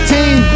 Team